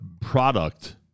product